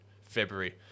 February